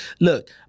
Look